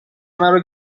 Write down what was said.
مرا